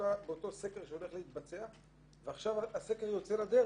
באותו סקר שהולך להתבצע ועכשיו הסקר יוצא לדרך.